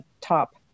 top